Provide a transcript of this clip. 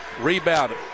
Rebound